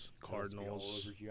Cardinals